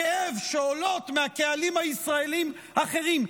הכאב שעולות מקהלים הישראליים האחרים.